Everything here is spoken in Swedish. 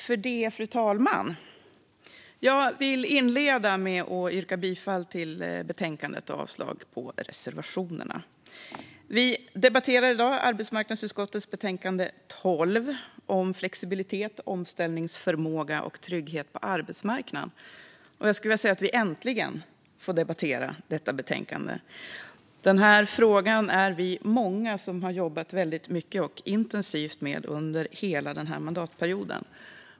Fru talman! Jag vill inleda med att yrka bifall till utskottets förslag och avslag på reservationerna. Vi debatterar i dag arbetsmarknadsutskottets betänkande 12 om flexibilitet, omställningsförmåga och trygghet på arbetsmarknaden. Jag skulle vilja säga att vi äntligen får debattera detta betänkande. Vi är många som har jobbat väldigt mycket och intensivt med den här frågan under hela mandatperioden.